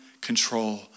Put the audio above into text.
control